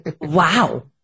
Wow